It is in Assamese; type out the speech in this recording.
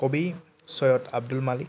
কবি চৈয়দ আব্দুল মালিক